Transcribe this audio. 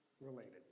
Related